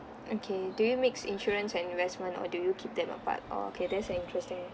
okay do you mix insurance and investment or do you keep them apart orh okay that's an interesting